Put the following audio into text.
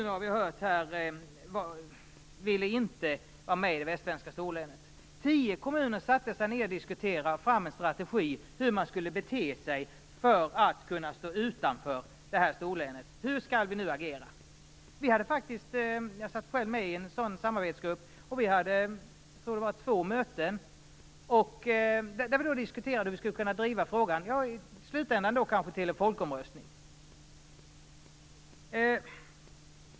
Vi har hört att elva kommuner inte ville vara med i det västsvenska storlänet. Tio kommuner satte sig ned och diskuterade fram en strategi hur man skulle bete sig för att kunna stå utanför det här storlänet. Hur skulle man agera? Jag satt själv med i en sådan samarbetsgrupp. Jag tror att vi hade två möten där vi diskuterade hur vi skulle kunna driva frågan till en folkomröstning i slutändan.